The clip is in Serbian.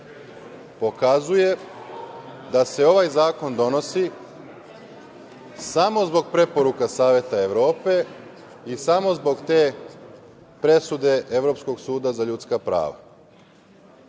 pokazuje da se ovaj zakon donosi samo zbog preporuka Saveta Evrope i samo zbog te presude Evropskog suda za ljudska prava.